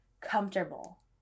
comfortable